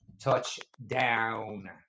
Touchdown